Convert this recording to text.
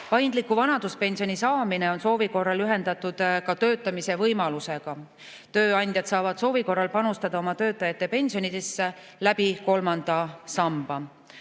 Paindlik vanaduspension on soovi korral ühendatud ka töötamise võimalusega. Tööandjad saavad soovi korral panustada oma töötajate pensionidesse kolmanda samba